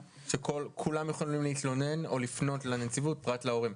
שכולם יכולים להתלונן או לפנות לנציבות פרט להורים.